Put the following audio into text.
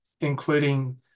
including